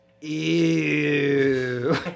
Ew